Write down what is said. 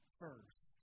first